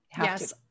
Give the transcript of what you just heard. Yes